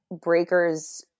breakers